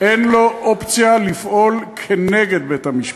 אין אופציה לפעול כנגד בית-המשפט.